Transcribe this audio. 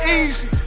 easy